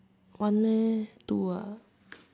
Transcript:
one meh two what